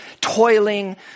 toiling